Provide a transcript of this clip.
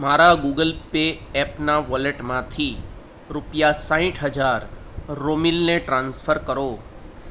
મારા Google Pay એપના વોલેટમાંથી રૂપિયા સાઠ હજાર રોમિલને ટ્રાન્સફર કરો